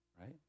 right